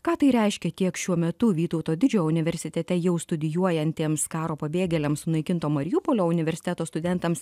ką tai reiškia tiek šiuo metu vytauto didžiojo universitete jau studijuojantiems karo pabėgėliams sunaikinto mariupolio universiteto studentams